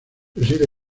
reside